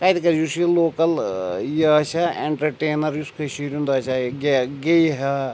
کَتہِ گژھہِ یُس یہِ لوٗکَل ٲں یہِ آسہِ ہا ایٚنٹَرٹینَر یُس کٔشیٖرۍ ہُنٛد آسہِ ہا یہِ گیٚیہِ ہا